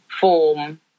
form